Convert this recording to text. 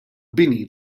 bini